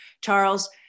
charles